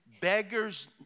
Beggars